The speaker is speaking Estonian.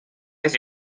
mis